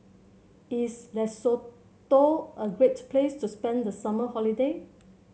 is Lesotho a great place to spend the summer holiday